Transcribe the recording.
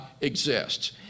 exists